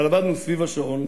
אבל עבדנו סביב השעון,